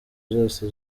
zose